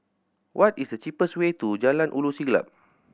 what is the cheapest way to Jalan Ulu Siglap